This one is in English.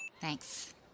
Thanks